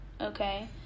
okay